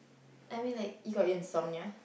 I mean like you got insomnia